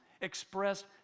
expressed